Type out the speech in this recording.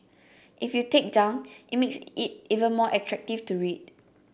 if you take down it makes it even more attractive to read